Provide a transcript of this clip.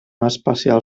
especial